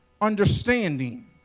understanding